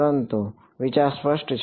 પરંતુ વિચાર સ્પષ્ટ છે